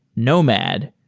nomad.